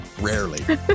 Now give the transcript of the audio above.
Rarely